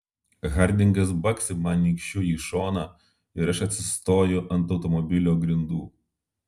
hardingas baksi man nykščiu į šoną ir aš atsistoju ant automobilio grindų